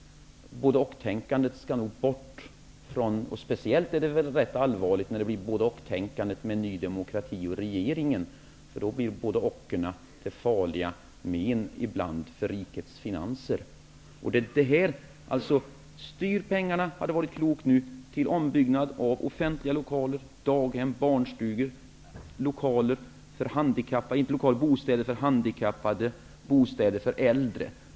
Både--ochtänkandet skall nog bort. Särskilt allvarligt är det väl när det blir både--och-tänkande med Ny demokrati och regeringen. Då blir ju både--och ibland till farliga men för rikets finanser. Det hade varit klokt att nu styra pengarna till ombyggnad av offentliga lokaler, daghem, barnstugor, bostäder för handikappade och bostäder för äldre.